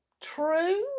true